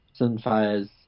Sunfire's